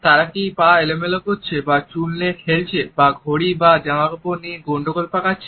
তারা কি পা এলোমেলো করছে বা চুল নিয়ে খেলছে বা ঘড়ি বা জামা কাপড় নিয়ে গন্ডগোল পাকাচ্ছে